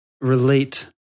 relate